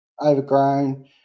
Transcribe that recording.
Overgrown